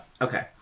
Okay